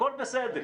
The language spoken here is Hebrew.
הכול בסדר.